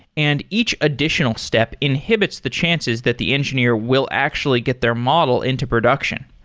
and each additional step inhibits the chances that the engineer will actually get their model into production.